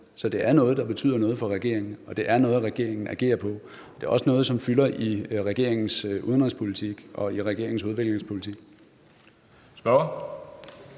så det er noget, der betyder noget for regeringen, og det er noget, regeringen agerer på. Det er også noget, som fylder i regeringens udenrigspolitik og i regeringens udviklingspolitik.